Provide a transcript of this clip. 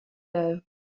doe